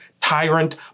tyrant